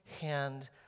hand